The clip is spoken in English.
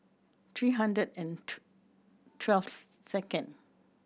three hundred and twelve second